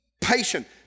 patient